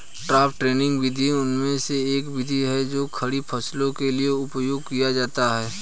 top dressing विधि उनमें से एक विधि है जो खड़ी फसलों के लिए उपयोग किया जाता है